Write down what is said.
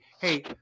Hey